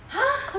!huh!